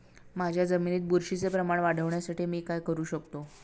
माझ्या जमिनीत बुरशीचे प्रमाण वाढवण्यासाठी मी काय करू शकतो?